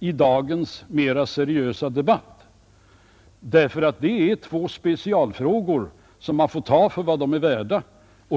i dagens mera seriösa debatt, därför att de är två specialfrågor som man får ta för vad de är värda.